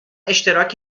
اشتراک